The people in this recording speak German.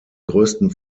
größten